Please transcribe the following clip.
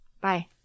bye